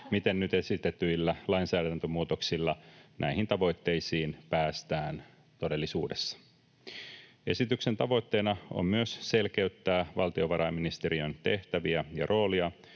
miten nyt esitetyillä lainsäädäntömuutoksilla näihin tavoitteisiin päästään todellisuudessa. Esityksen tavoitteena on myös selkeyttää valtiovarainministeriön tehtäviä ja roolia